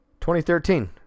2013